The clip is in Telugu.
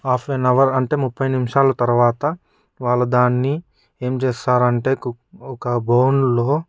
హాఫ్ అన్ అవర్ అంటే ముప్పై నిమిషాలు తర్వాత వాళ్ళు దాన్ని ఏం చేస్తారంటే ఒక బౌన్లో